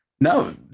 No